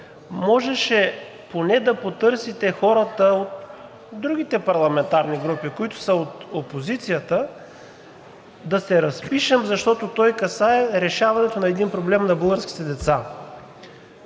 можеше поне да потърсите хората от другите парламентарни групи, които са от опозицията – да се разпишем, защото той касае решаването един проблем на българските деца.